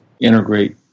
integrate